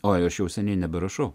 oi aš jau seniai neberašau